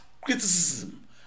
criticism